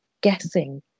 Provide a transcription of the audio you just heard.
guessing